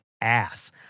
ass